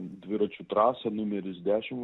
dviračių trasą numeris dešim